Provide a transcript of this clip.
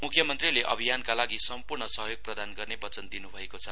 मुख्यमन्त्रीले अभियानका लागि सम्पूर्ण सहयोग प्रदान गर्ने वचन दिनुभएको छ